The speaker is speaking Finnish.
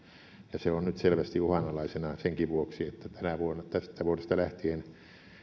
se on nyt selvästi uhanalaisena senkin vuoksi että tästä vuodesta lähtien